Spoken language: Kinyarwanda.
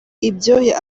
ibyo